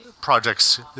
projects